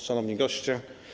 Szanowni Goście!